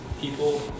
people